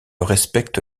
respecte